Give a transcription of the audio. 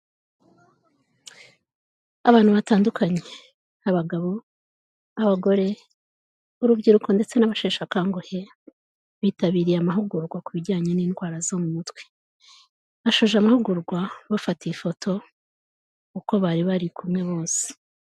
Abantu batandukanye, abagabo, abagore, urubyiruko ndetse n'abasheshe akanguhe bitabiriye amahugurwa ku bijyanye n'indwara zo mu mutwe. Basoje amahugurwa bafata ifoto uko bari bari kumwe bose.